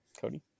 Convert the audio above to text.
Cody